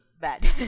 bad